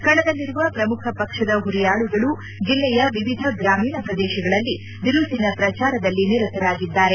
ಕಣದಲ್ಲಿರುವ ಪ್ರಮುಖ ಪಕ್ಷದ ಹುರಿಯಾಳುಗಳು ಜಿಲ್ಲೆಯ ವಿವಿಧ ಗ್ರಮೀಣ ಪ್ರದೇಶಗಳಲ್ಲಿ ಬಿರುಸಿನ ಪ್ರಚಾರದಲ್ಲಿ ನಿರತರಾಗಿದ್ದಾರೆ